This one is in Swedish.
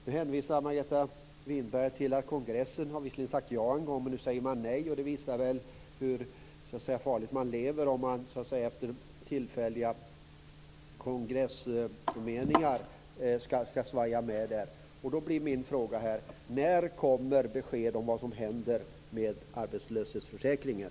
Nu hänvisar Margareta Winberg till att kongressen visserligen har sagt ja en gång, men nu säger man nej. Det visar väl hur farligt man lever om man skall svaja med efter tillfälliga kongressmeningar. Min fråga blir: När kommer besked om vad som händer med arbetslöshetsförsäkringen?